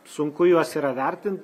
sunku juos yra vertint